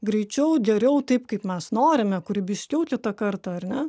greičiau geriau taip kaip mes norime kūrybiškiau kitą kartą ar ne